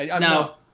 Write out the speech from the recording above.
no